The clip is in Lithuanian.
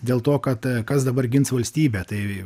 dėl to kad kas dabar gins valstybę tai